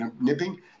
nipping